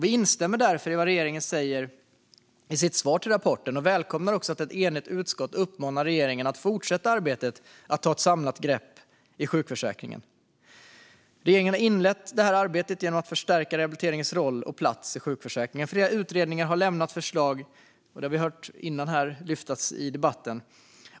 Vi instämmer därför i vad regeringen säger i sitt svar till rapporten och välkomnar också att ett enigt utskott uppmanar regeringen att fortsätta arbetet med att ta ett samlat grepp om sjukförsäkringen. Regeringen har inlett detta arbete genom att förstärka rehabiliteringens roll och plats i sjukförsäkringen. Flera utredningar har lämnat förslag, och det har vi hört om tidigare i debatten.